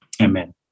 Amen